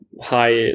high